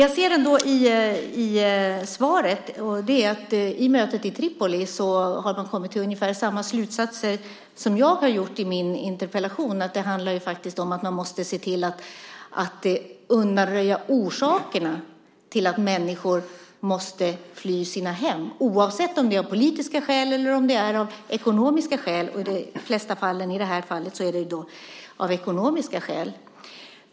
Jag ser i svaret att man vid mötet i Tripoli har kommit fram till ungefär samma slutsatser som jag har gjort i min interpellation, att det handlar om att se till att undanröja orsakerna till att människor måste fly sina hem, oavsett om det är av politiska skäl eller av ekonomiska skäl. I de flesta fall, som i det här, är det av ekonomiska skäl.